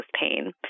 pain